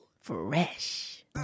Fresh